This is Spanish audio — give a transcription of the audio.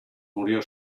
murió